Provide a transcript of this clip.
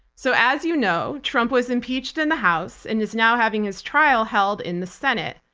so as you know trump was impeached in the house and is now having his trial held in the senate.